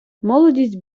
молодість